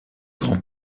grand